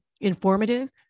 informative